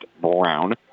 Brown